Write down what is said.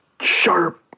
sharp